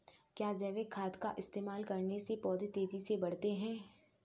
क्या जैविक खाद का इस्तेमाल करने से पौधे तेजी से बढ़ते हैं?